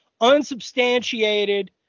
unsubstantiated